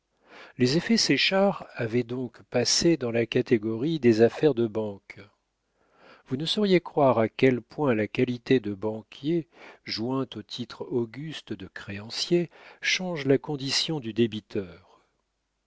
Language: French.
les effets séchard avaient donc passé dans la catégorie des affaires de banque vous ne sauriez croire à quel point la qualité de banquier jointe au titre auguste de créancier change la condition du débiteur